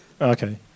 Okay